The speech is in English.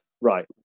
Right